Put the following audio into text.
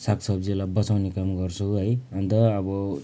साग सब्जीलाई बचाउने काम गर्छु है अन्त अब